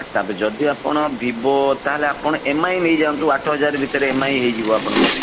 ତା'ପରେ ଯଦି ଆପଣ ଭିବୋ ତାହେଲେ ଆପଣ ଏମ୍ଆଇ ନେଇଯାଆନ୍ତୁ ଆଠହଜାର୍ ଭିତରେ ଏମ୍ଆଇ ହେଇଯିବ ଆପଣଙ୍କର